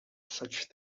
such